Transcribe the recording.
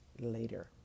later